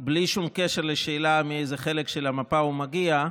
בלי שום קשר לשאלה מאיזה חלק של המפה הוא מגיע,